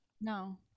no